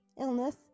illness